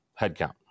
headcount